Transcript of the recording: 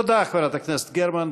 תודה, חברת הכנסת גרמן.